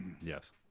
Yes